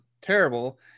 terrible